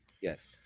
Yes